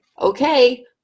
okay